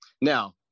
Now